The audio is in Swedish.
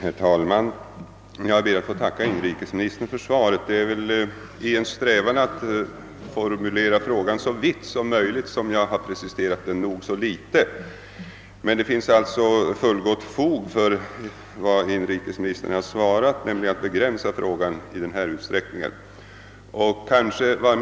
Herr talman! Jag ber att få tacka inrikesministern för svaret på min fråga. Det är min strävan att formulera frågan så vitt som möjligt som gjort att jag preciserat den så litet som fallet är, men det finns fullt fog för inrikesministern att i sitt svar begränsa frågan som han gjort.